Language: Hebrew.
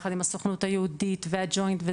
יחד עם הסוכנות היהודית והג'וינט,